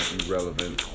irrelevant